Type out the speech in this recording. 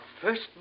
first